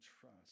trust